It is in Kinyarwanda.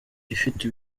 ifite